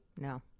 no